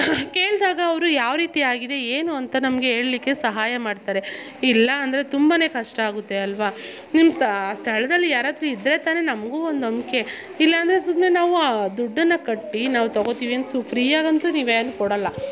ಕೇಳಿದಾಗ ಅವರು ಯಾವ್ರೀತಿ ಆಗಿದೆ ಏನು ಅಂತ ನಮಗೆ ಹೇಳ್ಳಿಕ್ಕೆ ಸಹಾಯ ಮಾಡ್ತಾರೆ ಇಲ್ಲ ಅಂದರೆ ತುಂಬನೇ ಕಷ್ಟ ಆಗುತ್ತೆ ಅಲ್ವ ನಿಮ್ಮ ಸ್ಥಳದಲ್ಲಿ ಯಾರಾದರೂ ಇದ್ದರೆ ತಾನೆ ನಮಗೂ ಒಂದು ನಂಬಿಕೆ ಇಲ್ಲ ಅಂದ್ರೆ ಸುಮ್ನೆ ನಾವು ಆ ದುಡ್ಡನ್ನು ಕಟ್ಟಿ ನಾವು ತೊಗೊಳ್ತೀವಿ ಅನ್ ಸ್ ಫ್ರೀ ಆಗಂತೂ ನೀವೇನು ಕೊಡೋಲ್ಲ